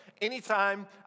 anytime